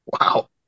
Wow